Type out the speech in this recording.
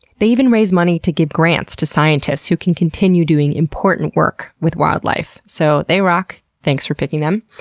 they even raise money to give grants to scientists who can continue doing important work with wildlife. so, they rock. thanks for picking them.